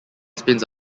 spins